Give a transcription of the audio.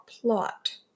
plot